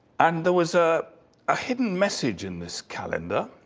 and there was a ah hidden message in this calendar.